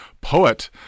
poet